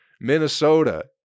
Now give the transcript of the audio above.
Minnesota